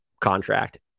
contract